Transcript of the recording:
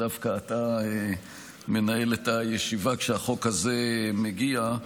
שדווקא אתה מנהל את הישיבה כשהחוק הזה מגיע.